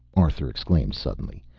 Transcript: arthur exclaimed suddenly,